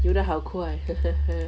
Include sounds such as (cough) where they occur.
游的好快 (laughs)